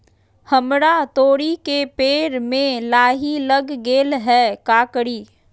हमरा तोरी के पेड़ में लाही लग गेल है का करी?